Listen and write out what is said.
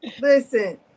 listen